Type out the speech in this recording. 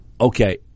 Okay